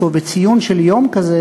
וציון של יום כזה